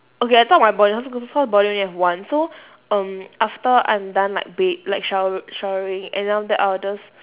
okay I thought my body body I only have one so um after I'm done like ba~ like shower showering and then after that I'll just